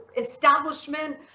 establishment